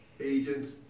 agents